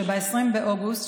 זה שב-20 באוגוסט,